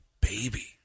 baby